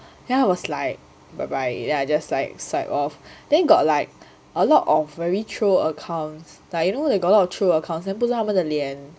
then I was like bye bye then I just like swipe off then got like a lot of very troll accounts like you know they got a lot of troll accounts then 不是他们的脸